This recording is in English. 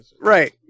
right